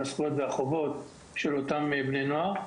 בעניין זכויות והחובות של בני הנוער.